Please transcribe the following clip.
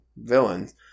villains